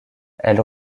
elle